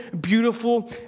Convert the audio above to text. beautiful